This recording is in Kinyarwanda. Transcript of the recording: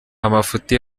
amafuti